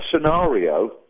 scenario